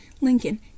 Lincoln